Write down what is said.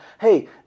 hey